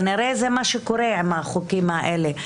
כנראה שזה מה שקורה עם החוקים האלה.